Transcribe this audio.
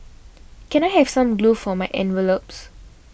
can I have some glue for my envelopes